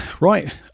Right